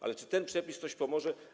Ale czy ten przepis coś pomoże?